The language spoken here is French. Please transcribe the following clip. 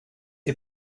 est